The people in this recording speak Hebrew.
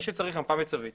מי שצריך מפה מצבית,